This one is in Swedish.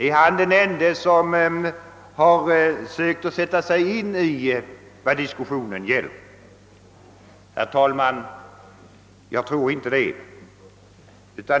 Är han den ende som har försökt sätta sig in i vad diskussionen gäller? Herr talman, jag tror inte det.